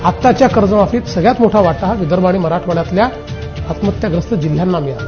आताच्या कर्जमाफीत सगळ्यात मोठा वाटा विदर्भ आणि मराठवाड्यातील आत्महत्याप्रस्त जिल्ह्याना मिळाला